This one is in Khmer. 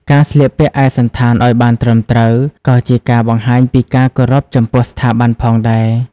ការស្លៀកពាក់ឯកសណ្ឋាន ឲ្យបានត្រឹមត្រូវ ក៏ជាការបង្ហាញពីការគោរពចំពោះស្ថាប័នផងដែរ។